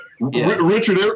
richard